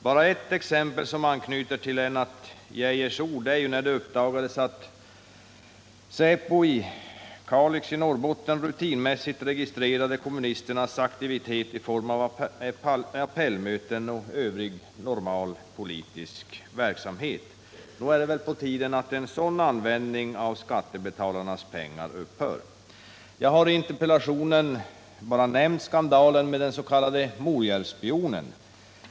Bara ett exempel, som anknyter till Lennart Geijers ord, är ju när det uppdagades att säpo i Kalix i Norrbotten rutinmässigt registrerade kommunisternas aktivitet i form av appellmöten och övrig normal politisk verksamhet. Nog är det väl på tiden att en sådan användning av skattebetalarnas pengar upphör? Jag har i interpellationen bara nämnt skandalen med den s.k. Morjärvsspionen.